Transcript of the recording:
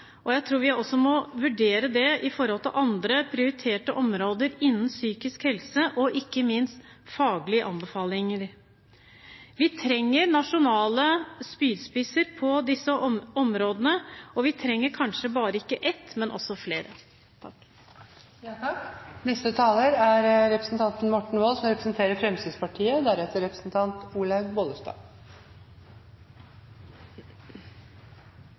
og jeg tror vi må vurdere det i forhold til andre prioriterte områder innen psykisk helse og ikke minst faglige anbefalinger. Vi trenger nasjonale spydspisser på disse områdene, og vi trenger kanskje ikke bare ett, men også flere. Når ulykken inntreffer og katastrofen eller krisen er